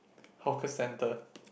hawker centre